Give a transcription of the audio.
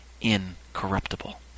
incorruptible